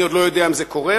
אני עוד לא יודע אם זה קורה,